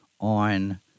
on